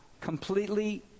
completely